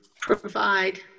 provide